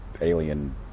alien